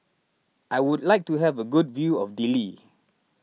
I would like to have a good view of Dili